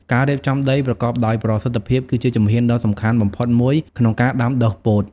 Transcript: ការរៀបចំដីប្រកបដោយប្រសិទ្ធភាព គឺជាជំហានដ៏សំខាន់បំផុតមួយក្នុងការដាំដុះពោត។